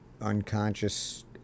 unconscious